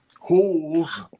holes